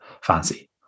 fancy